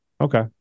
Okay